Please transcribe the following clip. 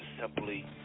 simply